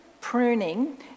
pruning